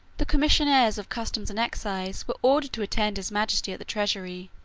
the commissioners of customs and excise were ordered to attend his majesty at the treasury.